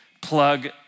plug